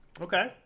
Okay